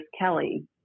kelly